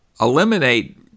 eliminate